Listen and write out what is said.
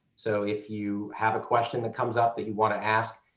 so if you have a question that comes up that you want to ask,